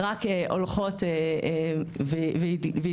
רק הולכות ויתגברו.